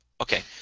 Okay